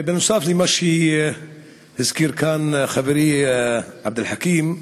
נוסף על מה שהזכיר כאן חברי עבד אל חכים,